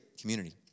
community